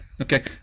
okay